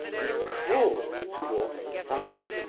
and crawled towards the fire.